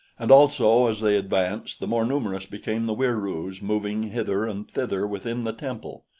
and also as they advanced the more numerous became the wieroos moving hither and thither within the temple.